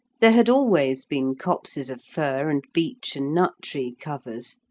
there had always been copses of fir and beech and nut-tree covers,